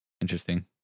Interesting